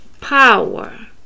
power